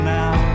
now